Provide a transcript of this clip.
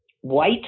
White